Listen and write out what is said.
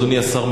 אדוני השר,